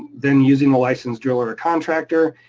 then using a licensed driller or contractor,